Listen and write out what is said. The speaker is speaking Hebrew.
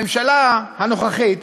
הממשלה הנוכחית,